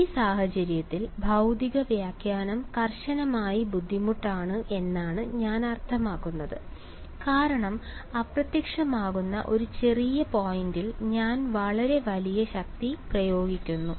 ഈ സാഹചര്യത്തിൽ ഭൌതിക വ്യാഖ്യാനം കർശനമായി ബുദ്ധിമുട്ടാണ് എന്നാണ് ഞാൻ അർത്ഥമാക്കുന്നത് കാരണം അപ്രത്യക്ഷമാകുന്ന ഒരു ചെറിയ പോയിന്റിൽ ഞാൻ വളരെ വലിയ ശക്തി പ്രയോഗിക്കുന്നു